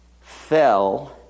fell